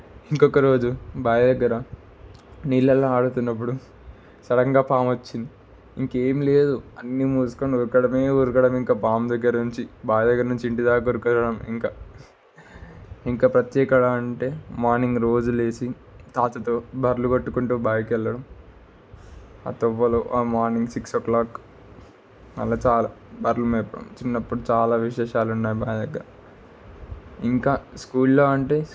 ఇంకొకరోజు బాయి దగ్గర నీళ్ళలో ఆడుతున్నప్పుడు సడన్గా పాము వచ్చింది ఇంకేం లేదు అన్ని మూసుకొని ఉరకడమే ఉరకడం ఇంక పాము దగ్గర నుంచి బావి దగ్గర నుంచి ఇంటిదగ్గర వరకు ఇంక ఇంక ప్రత్యేకంగా అంటే మార్నింగ్ రోజులేసి తాతతో బర్లు కొట్టుకుంటూ బాయికి వెళ్ళడం ఆ తవ్వలు మార్నింగ్ సిక్స్ ఓ క్లాక్ అలా చాలు బర్రెలు మేపాం చిన్నప్పుడు చాలా విశేషాలు ఉన్నాయి మా దగ్గర ఇంకా స్కూల్లో అంటే